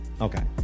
Okay